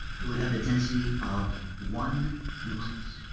you would have the density of one nucleus.